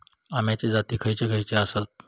अम्याचे जाती खयचे खयचे आसत?